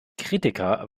kritiker